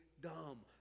dumb